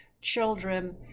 children